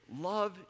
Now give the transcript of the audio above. Love